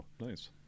Nice